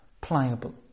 Pliable